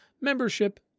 membership